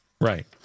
Right